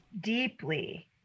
deeply